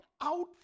out